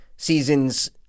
Seasons